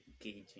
engaging